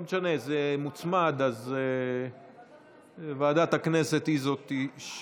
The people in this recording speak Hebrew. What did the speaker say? לא משנה, זה מוצמד, אז ועדת הכנסת היא שתקבע.